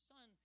Son